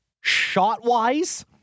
shot-wise